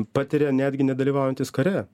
patiria netgi nedalyvaujantys kare